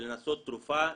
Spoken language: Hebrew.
לנסות תרופה,